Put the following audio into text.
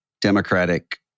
Democratic